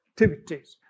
activities